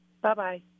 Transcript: Bye-bye